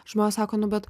žmonės sako nu bet